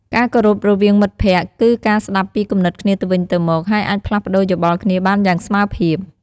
ការគោរពរវាងមិត្តភក្តិ គឺការស្ដាប់ពីគំនិតគ្នាទៅវិញទៅមក ហើយអាចផ្លាស់ប្ដូរយោបល់គ្នាបានយ៉ាងស្មើភាព។